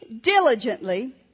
diligently